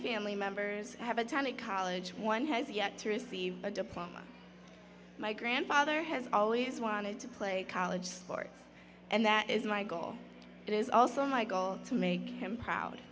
family members have attended college one has yet to receive a diploma my grandfather has always wanted to play college sports and that is my goal it is also my goal to make him proud